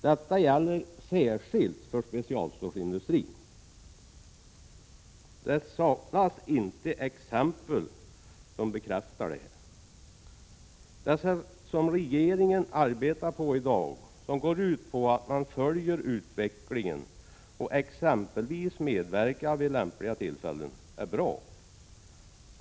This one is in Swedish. Detta gäller särskilt för specialstålsindustrin. Det saknas inte exempel som bekräftar detta. Det sätt som regeringen i dag arbetar på, som går ut på att man följer utvecklingen och exempelvis medverkar vid lämpliga tillfällen, är bra.